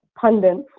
pundits